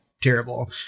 terrible